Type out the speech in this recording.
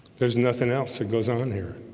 there's nothing else that goes on here